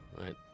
right